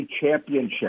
championship